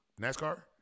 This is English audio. nascar